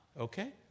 Okay